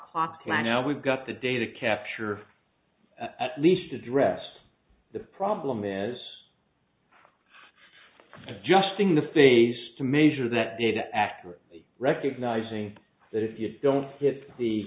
clocks and i know we've got the data capture at least address the problem is adjusting the face to measure that data accurately recognizing that if you don't get the